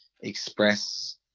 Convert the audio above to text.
express